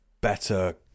better